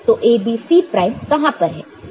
तो A B C prime कहां पर है